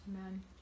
Amen